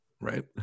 Right